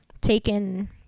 taken